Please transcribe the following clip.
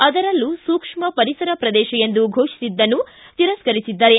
ಅದರಲ್ಲೂ ಸೂಕ್ಷ್ಮ ಪರಿಸರ ಪ್ರದೇಶ ಎಂದು ಫೋಷಿಸಿದ್ದನ್ನು ತಿರಸ್ಕರಿಸಿದ್ದಾರೆ